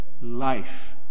life